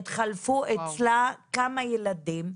התחלפו אצלה כמה ילדים,